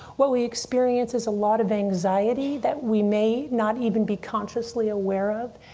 what we experience is a lot of anxiety that we may not even be consciously aware of.